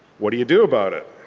what do you do about it?